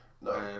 No